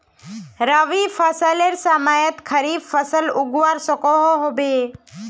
रवि फसलेर समयेत खरीफ फसल उगवार सकोहो होबे?